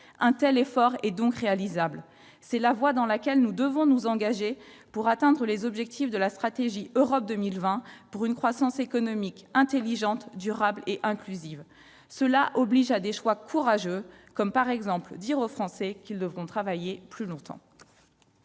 Un tel effort est donc réalisable. C'est la voie dans laquelle nous devons nous engager pour atteindre les objectifs de la stratégie Europe 2020, pour une croissance économique « intelligente, durable et inclusive ». À cette fin, des choix courageux s'imposent : il s'agit, par exemple, de dire aux Français qu'ils devront travailler plus longtemps